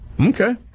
Okay